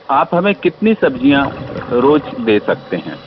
आप हमें कितनी सब्जियाँ रोज दे सकते हैं